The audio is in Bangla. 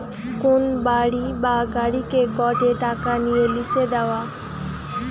কোন বাড়ি বা গাড়িকে গটে টাকা নিয়ে লিসে দেওয়া